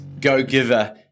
go-giver